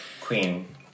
Queen